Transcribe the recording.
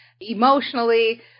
emotionally